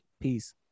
Peace